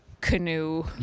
canoe